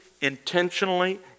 intentionally